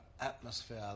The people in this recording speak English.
atmosphere